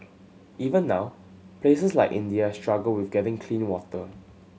even now places like India struggle with getting clean water